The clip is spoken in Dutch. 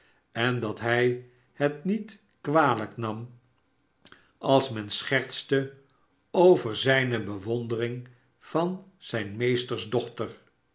en dat hij het niet kwalijk nam als men schertste over zijne bewondering van zijn meesters dochter